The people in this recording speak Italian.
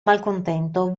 malcontento